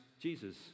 Jesus